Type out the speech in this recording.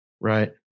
Right